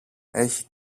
έχει